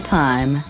time